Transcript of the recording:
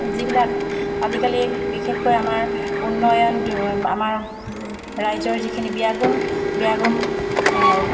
যিবিলাক আজিকালি বিশেষকৈ আমাৰ উন্নয়ন আমাৰ ৰাইজৰ যিখিনি বিয়াগোম বিয়াগোম